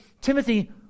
Timothy